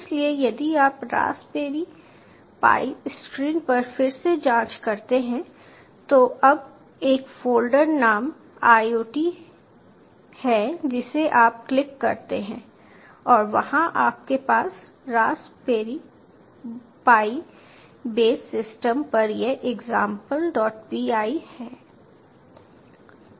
इसलिए यदि आप रास्पबेरी पाई स्क्रीन पर फिर से जांच करते हैं तो अब एक फ़ोल्डर नाम IOT है जिसे आप क्लिक करते हैं और वहां आपके पास रास्पबेरी पाई बेस सिस्टम पर यह example1py है